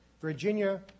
Virginia